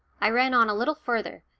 i ran on a little farther,